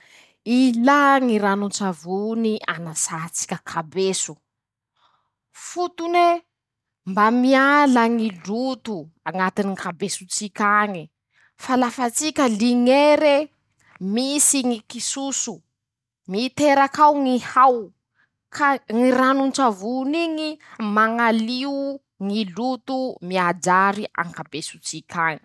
Ilà ñy ranon-tsavony hanasà tsika kabeso, fotone: -Mba miala ñy loto añatiny ñy kabeso tsik'añe, fa lafa tsika liñere, misy ñy kisoso, miterak'ao ñy hao, ka ñy ranon-tsavon'iñy mañalio ñy loto miajary ankabeso tsik.